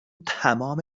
تمام